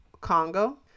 congo